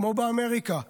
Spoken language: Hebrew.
כמו באמריקה,